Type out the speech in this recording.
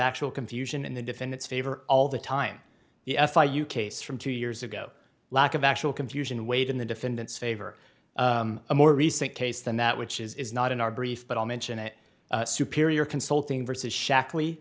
actual confusion in the defendant's favor all the time the f i you case from two years ago lack of actual confusion weighed in the defendant's favor a more recent case than that which is not in our brief but i'll mention it superior consulting versus sha